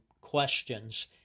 questions